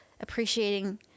appreciating